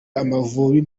amavubi